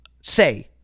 say